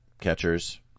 catchers